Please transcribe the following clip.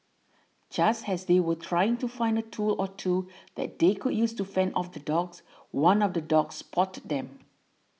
just has they were trying to find a tool or two that they could use to fend off the dogs one of the dogs spotted them